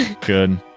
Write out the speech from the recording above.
good